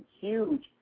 huge